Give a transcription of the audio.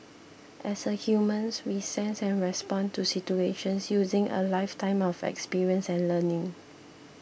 as humans we sense and respond to situations using a lifetime of experience and learning